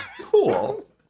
Cool